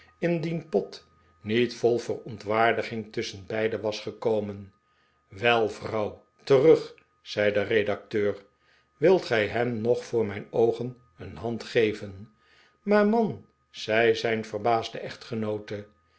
indien pott niet vol verontwaardiging tusschenbeide was gekomen terug vrouw terug zei de redacteur wilt gij hem nog voor mijn oogen een hand ge'venl maar manl zei zijn verbaasde echtgenoote